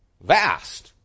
vast